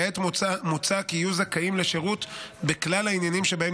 כעת מוצע כי הם יהיו זכאים לשירות בכלל העניינים שבהם